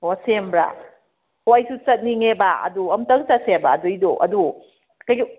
ꯑꯣ ꯁꯦꯝꯕ꯭ꯔꯥ ꯑꯣ ꯑꯩꯁꯨ ꯆꯠꯅꯤꯡꯉꯦꯕ ꯑꯗꯨ ꯑꯝꯇꯪ ꯆꯠꯁꯦꯕ ꯑꯗꯨꯏꯗꯣ ꯑꯗꯣ